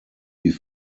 wie